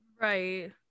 Right